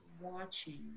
watching